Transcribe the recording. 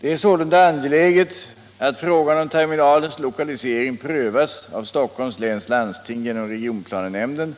Det är sålunda angeläget att frågan om terminalens lokalisering prövas av Stockholms läns landsting genom regionplanenämnden,